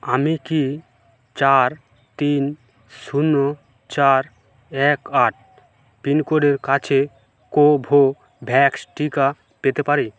আমি কি চার তিন শূন্য চার এক আট পিনকোডের কাছে কোভোভ্যাক্স টিকা পেতে পারি